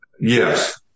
yes